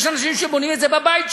יש אנשים שבונים את זה בבית שלהם.